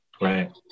Right